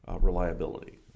reliability